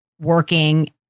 working